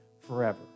forever